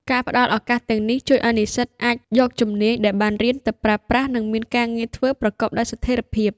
ការផ្តល់ឱកាសទាំងនេះជួយឱ្យនិស្សិតអាចយកជំនាញដែលបានរៀនទៅប្រើប្រាស់ និងមានការងារធ្វើប្រកបដោយស្ថិរភាព។